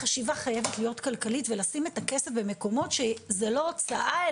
החשיבה חייבת להיות כלכלית ולשים את הכסף במקומות שזו לא הוצאה,